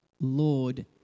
Lord